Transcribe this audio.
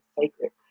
sacred